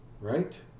Right